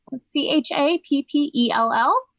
c-h-a-p-p-e-l-l